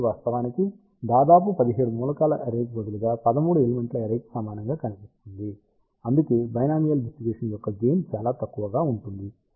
కాబట్టి వాస్తవానికి ఇది దాదాపు 17 మూలకాల అర్రే కి బదులుగా 13 ఎలిమెంట్ల అర్రే కి సమానంగా కనిపిస్తుంది అందుకే బైనామియల్ డిస్ట్రిబ్యూషన్ యొక్క గెయిన్ చాలా తక్కువగా ఉంటుంది